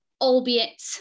albeit